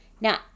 Now